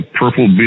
purple